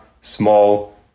small